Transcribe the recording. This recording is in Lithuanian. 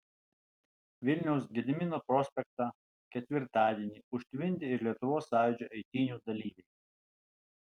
vilniaus gedimino prospektą ketvirtadienį užtvindė ir lietuvos sąjūdžio eitynių dalyviai